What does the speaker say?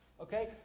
okay